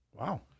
Wow